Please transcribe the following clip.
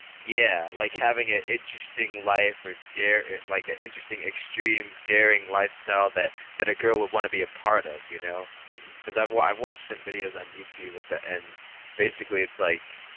yeah. like having ah interesting life or dare like ah interesting extreme daring lifestyle that that a girl would want to be a part of you know because i've what i've watched some videos on youtube but and basically it's like